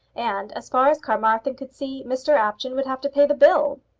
and, as far as carmarthen could see, mr apjohn would have to pay the bill.